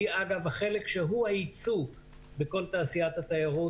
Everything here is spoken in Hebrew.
שהיא החלק בחלק שהוא הייצוא בכל תעשיית התיירות,